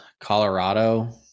colorado